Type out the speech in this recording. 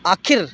आखर